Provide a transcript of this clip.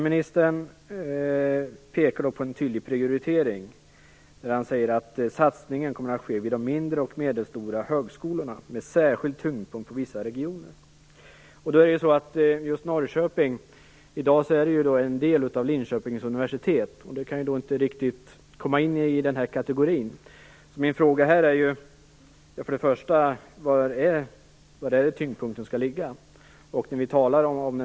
Ministern pekar på en tydlig prioritering. Han säger att satsningen kommer att ske i de mindre och medelstora högskolorna med särskild tyngdpunkt på vissa regioner. Verksamheten i Norrköping är i dag en del av Linköpings universitet. Den kan då inte riktigt rymmas i denna kategori. Min fråga här är först och främst: Var skall tyngdpunkten ligga?